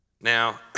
Now